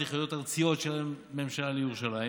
היחידות הארציות של הממשלה לירושלים,